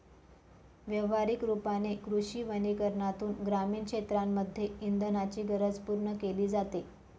व्यवहारिक रूपाने कृषी वनीकरनातून ग्रामीण क्षेत्रांमध्ये इंधनाची गरज पूर्ण केली जाते